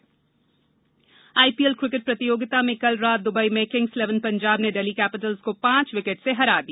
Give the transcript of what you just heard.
IPL IPL cricket प्रतियोगिता में कल रात दुबई में किंग्स इलेवन पंजाब ने डेल्ही कैपिटल्स को पांच विकेट से हरा दिया